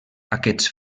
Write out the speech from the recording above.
aquests